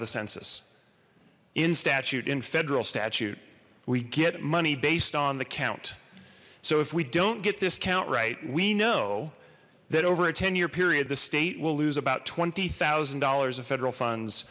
of the census in statute in federal statute we get money based on the count so if we don't get this count right we know that over a ten year period the state will lose about twenty thousand dollars of federal funds